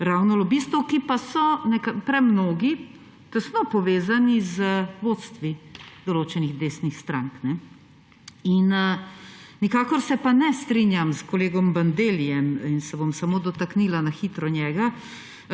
ravno lobistov, ki pa so premnogi tesno povezani z vodstvi določenih desnih strank. Nikakor se pa ne strinjam s kolegom Bandellijem in se bom samo dotaknila na hitro njega,